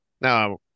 Now